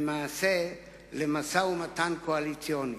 למעשה למשא-ומתן קואליציוני,